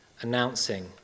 announcing